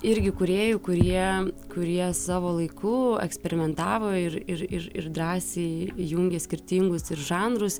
irgi kūrėjų kurie kurie savo laiku eksperimentavo ir ir ir ir drąsiai jungė skirtingus žanrus